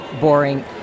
boring